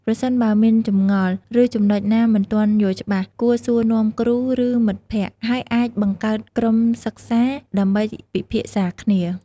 ប្រសិនបើមានចម្ងល់ ឬចំណុចណាមិនទាន់យល់ច្បាស់ គួរសួរនាំគ្រូ ឬមិត្តភក្តិ ហើយអាចបង្កើតក្រុមសិក្សាដើម្បីពិភាក្សាគ្នា។